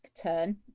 turn